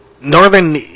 Northern